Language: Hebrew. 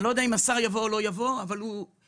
אני לא יודע אם השר יבוא או לא יבוא, אבל הוא ביקש